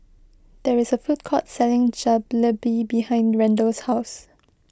there is a food court selling Jalebi behind Randell's house